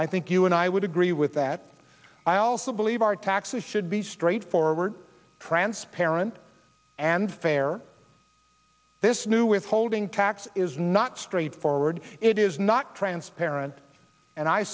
i think you and i would agree with that i also believe our taxes should be straightforward transparent and fair this new withholding tax is not straightforward it is not transparent and i